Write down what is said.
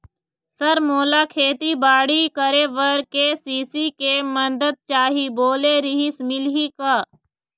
Sir मोला खेतीबाड़ी करेबर के.सी.सी के मंदत चाही बोले रीहिस मिलही का?